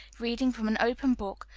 reading from an open book,